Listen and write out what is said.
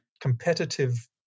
Competitive